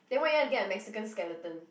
then why you want to get a Mexican skeleton